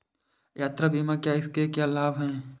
यात्रा बीमा क्या है इसके क्या लाभ हैं?